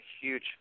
huge